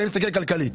אני מסתכל כלכלית.